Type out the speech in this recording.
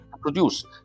produce